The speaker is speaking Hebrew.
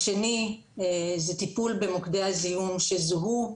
השני זה טיפול במוקדי הזיהום שזוהו,